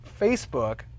Facebook